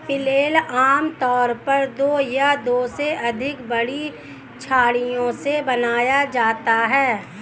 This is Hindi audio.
फ्लेल आमतौर पर दो या दो से अधिक बड़ी छड़ियों से बनाया जाता है